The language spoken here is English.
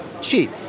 cheap